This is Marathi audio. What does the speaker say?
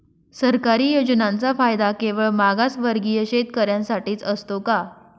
सरकारी योजनांचा फायदा केवळ मागासवर्गीय शेतकऱ्यांसाठीच असतो का?